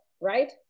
right